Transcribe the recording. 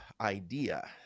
idea